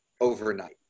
overnight